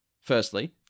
Firstly